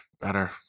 better